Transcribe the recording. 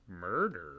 Murder